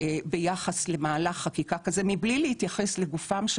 ביחס למהלך חקיקה כזה מבלי להתייחס לגופם של